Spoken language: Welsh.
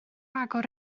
agor